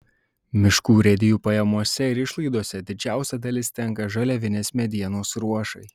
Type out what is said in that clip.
miškų urėdijų pajamose ir išlaidose didžiausia dalis tenka žaliavinės medienos ruošai